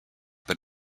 but